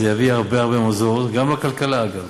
זה יביא הרבה הרבה מזור, גם לכלכלה, אגב,